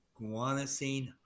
guanosine